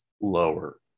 lower